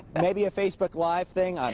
maybe a facebook live thing. i